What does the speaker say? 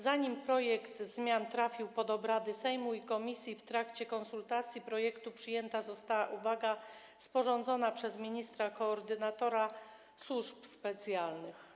Zanim projekt zmian trafił pod obrady Sejmu i komisji, w trakcie konsultacji projektu przyjęta została uwaga sporządzona przez ministra koordynatora służb specjalnych.